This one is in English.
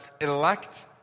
elect